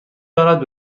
دارد